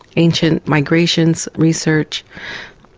ancient migrations research,